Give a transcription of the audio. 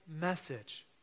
message